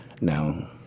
now